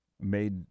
made